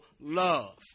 love